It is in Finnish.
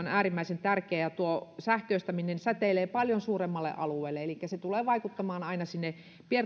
se on äärimmäisen tärkeää että tuo sähköistäminen säteilee paljon suuremmalle alueelle elikkä se tulee vaikuttamaan aina sinne